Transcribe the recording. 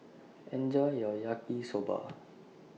Enjoy your Yaki Soba